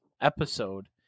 episode